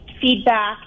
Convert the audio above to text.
feedback